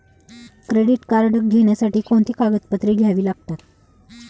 Credit card घेण्यासाठी कोणती कागदपत्रे घ्यावी लागतात?